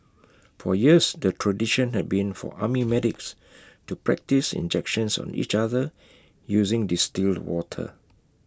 for years the tradition had been for army medics to practise injections on each other using distilled water